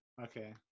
Okay